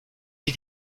did